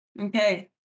okay